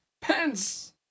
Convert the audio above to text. Pence